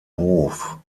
hof